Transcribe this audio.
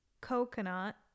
coconut